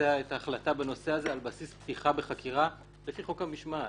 לבצע את ההחלטה בנושא הזה על בסיס פתיחה בחקירה לפי חוק המשמעת.